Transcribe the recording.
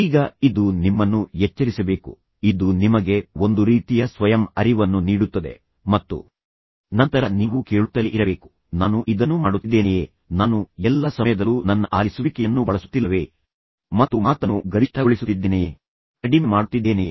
ಈಗ ಇದು ನಿಮ್ಮನ್ನು ಎಚ್ಚರಿಸಬೇಕು ಇದು ನಿಮಗೆ ಒಂದು ರೀತಿಯ ಸ್ವಯಂ ಅರಿವನ್ನು ನೀಡುತ್ತದೆ ಮತ್ತು ನಂತರ ನೀವು ಕೇಳುತ್ತಲೇ ಇರಬೇಕು ನಾನು ಇದನ್ನು ಮಾಡುತ್ತಿದ್ದೇನೆಯೇ ನಾನು ಎಲ್ಲಾ ಸಮಯದಲ್ಲೂ ನನ್ನ ಆಲಿಸುವಿಕೆಯನ್ನು ಬಳಸುತ್ತಿಲ್ಲವೇ ಮತ್ತು ನಾನು ನನ್ನ ಮಾತನ್ನು ಗರಿಷ್ಠಗೊಳಿಸುತ್ತಿದ್ದೇನೆ ಮತ್ತು ನನ್ನ ಮಾತನ್ನು ಕಡಿಮೆ ಮಾಡುತ್ತಿದ್ದೇನೆಯೇ